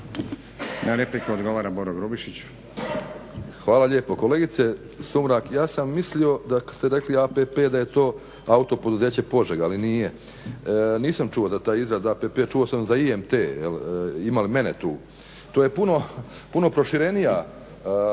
**Grubišić, Boro (HDSSB)** Hvala lijepo. Kolegice Sumrak ja sam mislio kada ste rekli APP da je to autopoduzeće Požega ali nije. Nisam čuo za taj izraz APP čuo sam za IMT ima li mene tu. To je puno proširenija